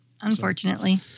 unfortunately